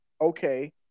okay